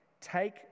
take